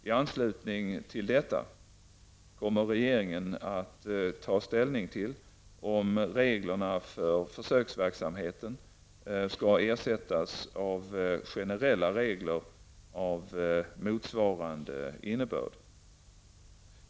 I anslutning till detta kommer regeringen att ta ställning till om reglerna för försöksverksamheten skall ersättas av generella regler av motsvarande innebörd.